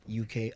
UK